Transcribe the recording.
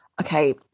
Okay